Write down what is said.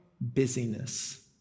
busyness